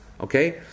Okay